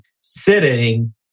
sitting